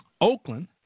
Oakland